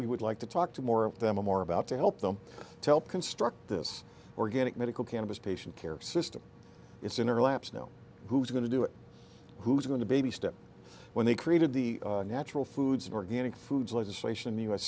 we would like to talk to more of them are about to help them help construct this organic medical cannabis patient care system it's in our laps now who's going to do it who's going to baby step when they created the natural foods organic foods legislation